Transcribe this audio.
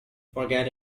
forget